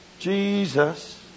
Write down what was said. Jesus